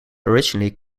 originally